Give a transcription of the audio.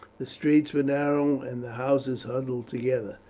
the streets were narrow, and the houses huddled together.